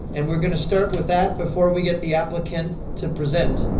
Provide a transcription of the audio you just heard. and we're going to start with that before we get the applicant to present.